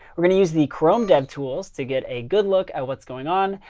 we're going to use the chrome devtools to get a good look at what's going on.